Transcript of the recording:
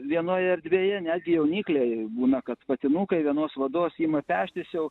vienoje erdvėje netgi jaunikliai būna kad patinukai vienos vados ima peštis jau